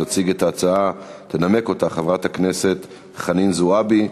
תציג את ההצעה, תנמק אותה חברת הכנסת חנין זועבי,